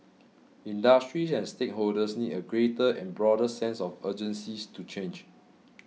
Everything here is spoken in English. industries and stakeholders need a greater and broader sense of urgency to change